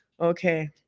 okay